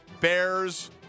Bears